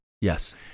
Yes